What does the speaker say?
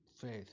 faith